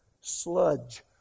Sludge